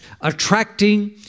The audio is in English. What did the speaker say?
attracting